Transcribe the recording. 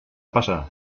passa